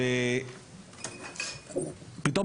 פתאום,